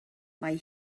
mae